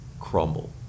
crumble